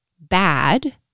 bad